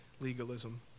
legalism